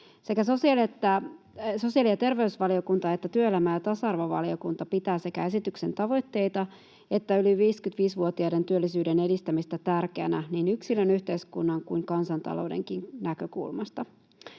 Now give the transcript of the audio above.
Sekä sosiaali- ja terveysvaliokunta että työelämä- ja tasa-arvovaliokunta pitävät sekä esityksen tavoitteita että yli 55-vuotiaiden työllisyyden edistämistä tärkeänä niin yksilön, yhteiskunnan kuin kansantaloudenkin näkökulmasta.